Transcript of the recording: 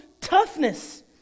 toughness